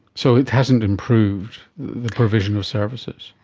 so it hasn't improved the provision of services?